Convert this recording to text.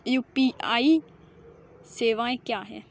UPI सवायें क्या हैं?